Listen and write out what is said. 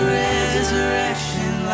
resurrection